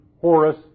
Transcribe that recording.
Horace